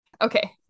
okay